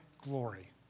glory